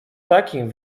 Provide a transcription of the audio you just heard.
takim